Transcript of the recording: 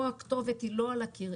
פה הכתובת היא לא על הקיר,